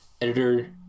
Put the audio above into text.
editor